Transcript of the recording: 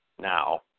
now